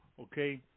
okay